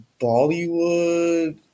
Bollywood